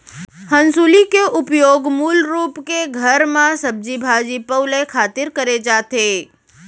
हँसुली के उपयोग मूल रूप के घर म सब्जी भाजी पउले खातिर करे जाथे